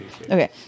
Okay